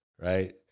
right